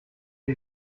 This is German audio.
die